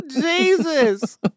Jesus